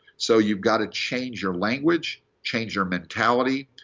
so you've got to change your language, change your mentality,